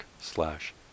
slash